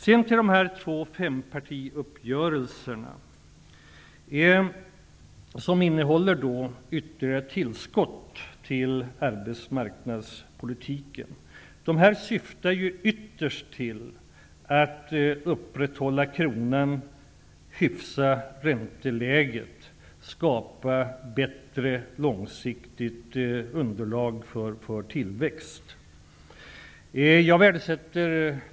Sedan till de här femparti-uppgörelserna, som innebär ytterligare åtgärder i arbetsmarknadspolitiken. Uppgörelserna syftar ytterst till att upprätthålla kronans värde, hyfsa ränteläget, skapa långsiktigt bättre underlag för tillväxt.